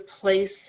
place